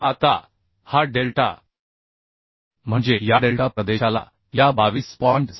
आता हा डेल्टा म्हणजे याडेल्टा प्रदेशाला या 22